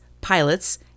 pilots